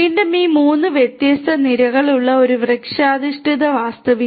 വീണ്ടും ഈ മൂന്ന് വ്യത്യസ്ത നിരകളുള്ള ഒരു വൃക്ഷാധിഷ്ഠിത വാസ്തുവിദ്യ